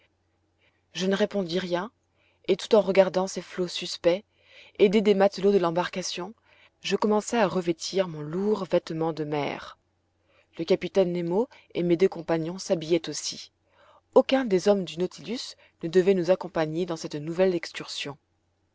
je ne répondis rien et tout en regardant ces flots suspects aidé des matelots de l'embarcation je commençai à revêtir mon lourd vêtement de mer le capitaine nemo et mes deux compagnons s'habillaient aussi aucun des hommes du nautilus ne devait nous accompagner dans cette nouvelle excursion